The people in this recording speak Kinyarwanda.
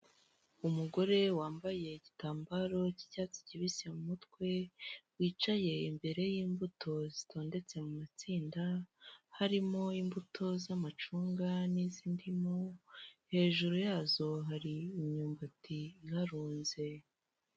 Umugore wambaye igitambaro cy'icyatsi kibisi mu mutwe, wicaye imbere y'imbuto zitondetse mu matsinda, harimo imbuto z'amacunga n'iz'indimu, hejuru yazo hari imyumbati iharunze.